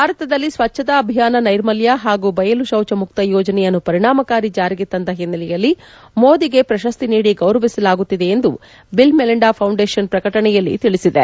ಭಾರತದಲ್ಲಿ ಸ್ವಚ್ಛತಾ ಅಭಿಯಾನ ನೈರ್ಮಲ್ಯ ಹಾಗೂ ಬಯಲು ಶೌಚ ಮುಕ್ತ ಯೋಜನೆಯನ್ನು ಪರಿಣಾಮಕಾರಿ ಜಾರಿಗೆ ತಂದ ಹಿನ್ನೆಲೆಯಲ್ಲಿ ಮೋದಿಗೆ ಪ್ರಶಸ್ತಿ ನೀಡಿ ಗೌರವಿಸಲಾಗುತ್ತಿದೆ ಎಂದು ಬಿಲ್ ಮೆಲಿಂಡಾ ಫೌಂಡೇಷನ್ ಪ್ರಕಟಣೆಯಲ್ಲಿ ತಿಳಿಸಿದೆ